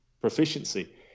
proficiency